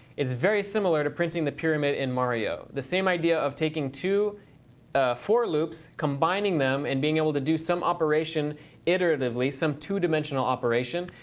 it's very similar to printing the pyramid in mario. the same idea of taking two ah for loops, combining them, and being able to do some operation iteratively, some two dimensional operation.